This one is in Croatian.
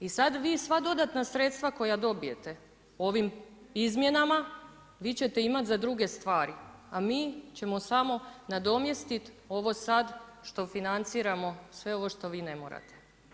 I sad vi sva dodatna sredstva koja dobijete ovim izmjenama, vi ćete imati za druge stvari, a mi ćemo samo nadomjestiti ovo sad što financiramo, svo ovo što vi ne morate.